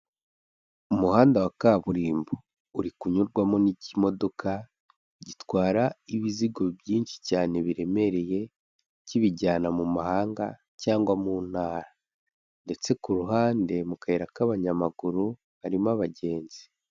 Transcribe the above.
Umuhanda wa kaburimbo, uri kunyurwamo n'ikimodoka gitwara ibizigo byinshi cyane biremereye, kibijyana mu mahanga cyangwa mu ntara ndetse ku ruhande mu kayira k'abanyamaguru harimo abagenzi.